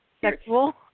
sexual